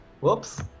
whoops